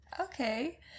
Okay